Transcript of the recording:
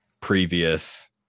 previous